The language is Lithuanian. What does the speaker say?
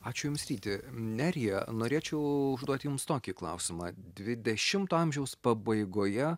ačiū jums ryti nerija norėčiau užduoti jums tokį klausimą dvidešimto amžiaus pabaigoje